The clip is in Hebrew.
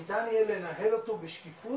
שניתן יהיה לנהל אותו בשקיפות